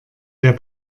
der